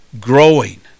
growing